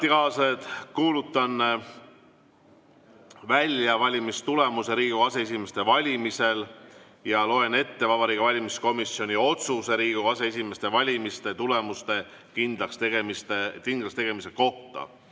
Kuulutan välja valimistulemuse Riigikogu aseesimeeste valimisel ja loen ette Vabariigi Valimiskomisjoni otsuse Riigikogu aseesimeeste valimiste tulemuste kindlakstegemise kohta.